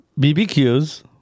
BBQs